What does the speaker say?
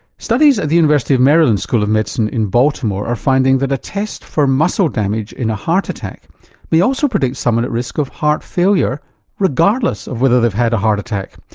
studies at the university of maryland school of medicine in baltimore are finding that a test for muscle damage in a heart attack may also predict someone at risk of heart failure regardless of whether they've had a heart attack.